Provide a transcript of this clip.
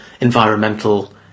environmental